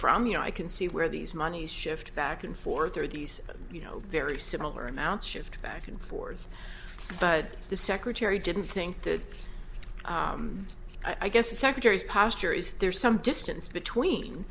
from you know i can see where these moneys shift back and forth are these you know very similar amounts shifted back and forth but the secretary didn't think that i guess the secretary's posture is there's some distance between